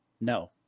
No